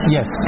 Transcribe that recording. Yes